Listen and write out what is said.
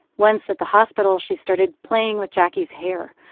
once, at the hospital, she started playing with jacquie's hair.